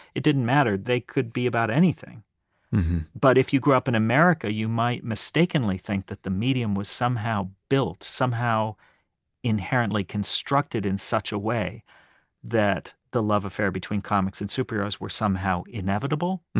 it didn't matter. they could be about anything but if you grew up in america, you might mistakenly think that the medium was somehow built, somehow inherently constructed in such a way that the love affair between comics and superheros were somehow inevitable.